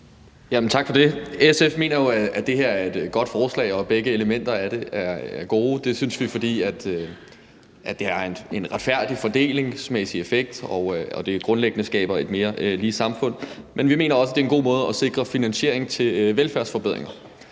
Tak for det. SF mener jo, at det her er et godt forslag, og at begge elementer i det er gode. Det synes vi, fordi det har en retfærdig fordelingsmæssig effekt og grundlæggende skaber et mere lige samfund; men vi mener også, at det er en god måde at sikre finansiering til velfærdsforbedringer